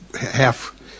half